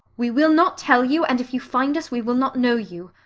we will not tell you, and if you find us we will not know you.